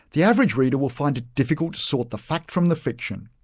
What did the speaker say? the average reader will find it difficult to sort the fact from the fiction,